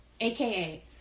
AKA